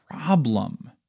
problem